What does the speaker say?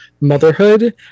motherhood